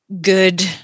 good